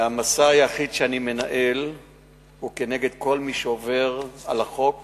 והמסע היחיד שאני מנהל הוא נגד כל מי שעובר על החוק